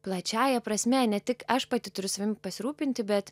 plačiąja prasme ne tik aš pati turiu savim pasirūpinti bet